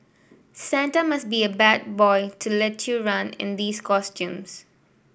Santa must be a bad boy to let you run in these costumes